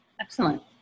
Excellent